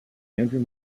andrew